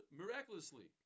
miraculously